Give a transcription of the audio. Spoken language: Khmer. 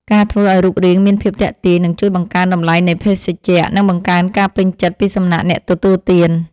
ការធ្វើឱ្យរូបរាងមានភាពទាក់ទាញនឹងជួយបង្កើនតម្លៃនៃភេសជ្ជៈ និងបង្កើនការពេញចិត្តពីសំណាក់អ្នកទទួលទាន។